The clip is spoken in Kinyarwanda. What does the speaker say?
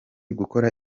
gukora